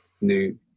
new